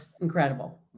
incredible